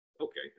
okay